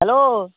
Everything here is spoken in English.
hello